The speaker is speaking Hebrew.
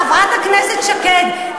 חברת הכנסת שקד,